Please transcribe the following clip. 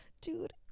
dude